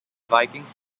vikings